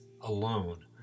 alone